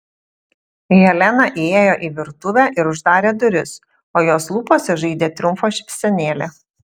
helena įėjo į virtuvę ir uždarė duris o jos lūpose žaidė triumfo šypsenėlė